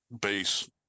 base